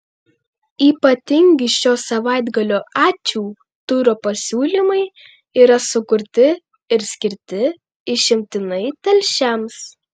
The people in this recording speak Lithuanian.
ypatingi šio savaitgalio ačiū turo pasiūlymai yra sukurti ir skirti išimtinai telšiams